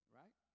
right